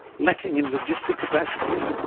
lacking in logistic capacity,